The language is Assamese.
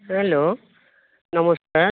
হেল্ল' নমস্কাৰ